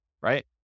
right